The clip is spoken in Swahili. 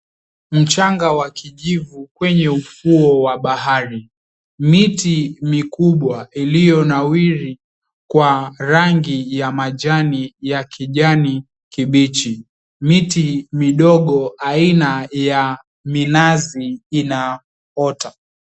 Mchanga wa kijivu kwenye ufuo wa bahari, miti mikubwa iliyonawiri kwa rangi ya majani ya kijani kibichi, miti midogo aina ya minazi inaota.